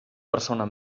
persona